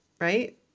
right